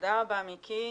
תודה רבה מיקי.